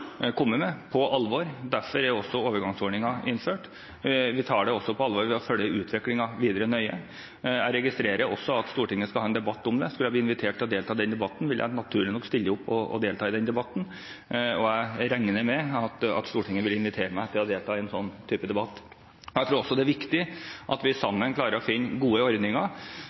kommet med, på alvor. Derfor er overgangsordningen innført. Vi tar det også på alvor ved å følge utviklingen videre nøye. Jeg registrerer også at Stortinget skal ha en debatt om det. Skulle jeg bli invitert til å delta i den debatten, vil jeg naturlig nok stille opp og delta. Og jeg regner med at Stortinget vil invitere meg til å delta i en sånn type debatt. Jeg tror også det er viktig at vi